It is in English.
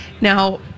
Now